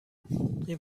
این